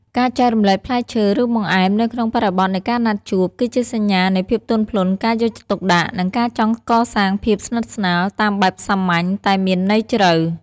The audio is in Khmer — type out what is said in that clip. ការចែករំលែកផ្លែឈើ ឬបង្អែមនៅក្នុងបរិបទនៃការណាត់ជួប គឺជាសញ្ញានៃភាពទន់ភ្លន់ ការយកចិត្តទុកដាក់ និងការចង់កសាងភាពស្និទ្ធស្នាលតាមបែបសាមញ្ញតែមានន័យជ្រៅ។